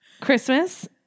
Christmas